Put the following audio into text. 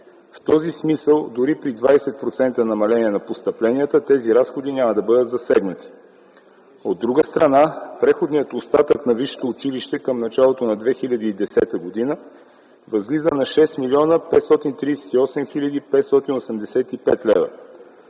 В този смисъл дори при 20% намаление на постъпленията тези разходи няма да бъдат засегнати. От друга страна, преходният остатък на висшето училище към началото на 2010 г. възлиза на 6 млн. 538 хил.